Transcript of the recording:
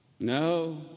No